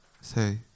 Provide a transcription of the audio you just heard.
say